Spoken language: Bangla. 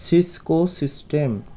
Cisco system